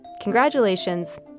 Congratulations